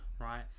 Right